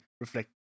reflect